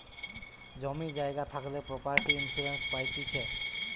জমি জায়গা থাকলে প্রপার্টি ইন্সুরেন্স পাইতিছে